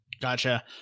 gotcha